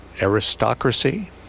aristocracy